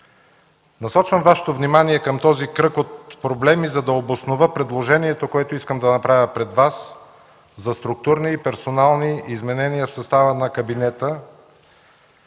Насочвам Вашето внимание към този кръг от проблеми, за да обоснова предложението, което искам да направя пред Вас, за структурни и персонални изменения в състава на кабинета.